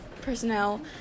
personnel